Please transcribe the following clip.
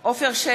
בהצבעה עפר שלח,